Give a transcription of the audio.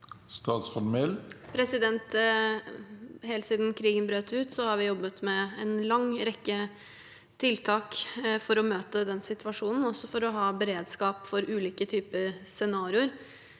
Helt siden krigen brøt ut, har vi jobbet med en lang rekke tiltak for å møte den situasjonen, også for å ha beredskap for ulike typer scenarioer.